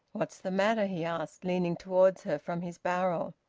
what's the matter? he asked, leaning towards her from his barrel.